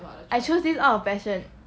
I choose this out of passion